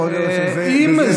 יכול להיות שזה זה.